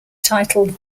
titled